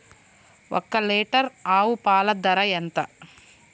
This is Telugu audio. ఒక్క లీటర్ ఆవు పాల ధర ఎంత?